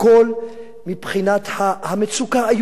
מבחינת המצוקה האיומה שבה היא היתה נתונה.